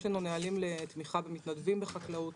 יש לנו נהלים לתמיכה במתנדבים בחקלאות.